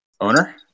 owner